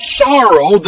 sorrow